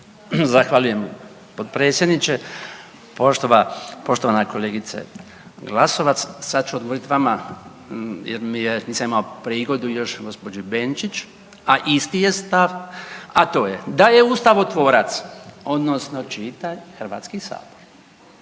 Zahvaljujem potpredsjedniče. Poštovana kolegice Glasovac, sad ću odgovorit vama jer mi je nisam imao prigodu još gospođi Benčić, a isti je stav, a to je da ustavotvorac odnosno čitaj Hrvatski sabor